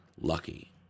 lucky